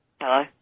Hello